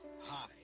Hi